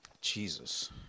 Jesus